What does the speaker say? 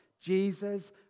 Jesus